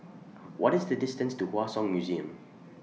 What IS The distance to Hua Song Museum